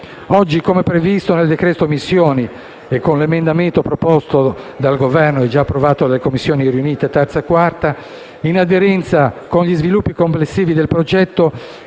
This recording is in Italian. Oggi, come previsto nel decreto-legge sulle missioni, con l'emendamento proposto dal Governo, già approvato dalle Commissioni 3a e 4a riunite, in aderenza con gli sviluppi complessivi del progetto,